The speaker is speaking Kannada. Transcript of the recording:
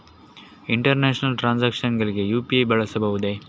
ಇಂಟರ್ನ್ಯಾಷನಲ್ ಟ್ರಾನ್ಸಾಕ್ಷನ್ಸ್ ಗಳಿಗೆ ಯು.ಪಿ.ಐ ಬಳಸಬಹುದೇ?